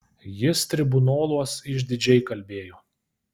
jis tribunoluos išdidžiai kalbėjo